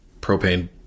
propane